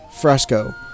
fresco